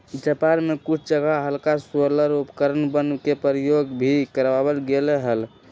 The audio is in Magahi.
जापान में कुछ जगह हल्का सोलर उपकरणवन के प्रयोग भी करावल गेले हल